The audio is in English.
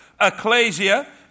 ecclesia